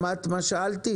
שמעת מה שאלתי?